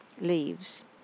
leaves